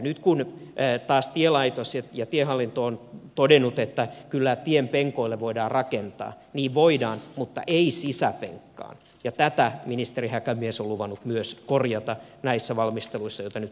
nyt kun taas tielaitos ja tiehallinto ovat todenneet että kyllä tienpenkoille voidaan rakentaa niin voidaan mutta ei sisäpenkkaan ja myös tätä ministeri häkämies on luvannut korjata näissä valmisteluissa joita nyt paraikaa tehdään